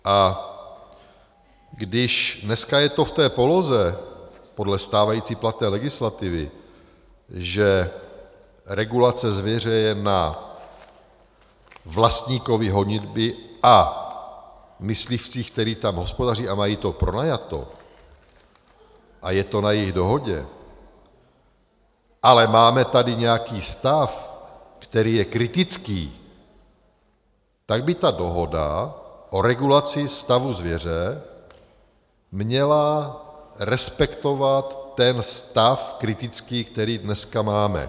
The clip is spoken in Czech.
A když dneska je to v té poloze, podle stávající platné legislativy, že regulace zvěře je na vlastníkovi honitby a myslivcích, kteří tam hospodaří a mají to pronajato, a je to na jejich dohodě, ale máme tady nějaký stav, který je kritický, tak by ta dohoda o regulaci stavu zvěře měla respektovat ten stav kritický, který dneska máme.